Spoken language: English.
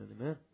Amen